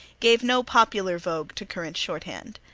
gave no popular vogue to current shorthand.